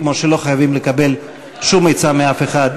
כמו שלא חייבים לקבל שום עצה מאף אחד.